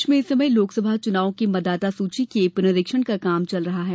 प्रदेश में इस समय लोकसभा चुनाव की मतदाता सूची के पुनरीक्षण का काम चल रहा है